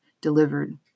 delivered